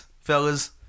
fellas